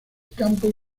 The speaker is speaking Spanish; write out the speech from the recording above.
campo